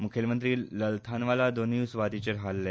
मुखेलमंत्री ललथानवाला दोनूंय सूवातींचेर हरले